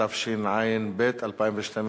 הצעת החוק אושרה,